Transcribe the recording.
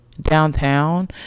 downtown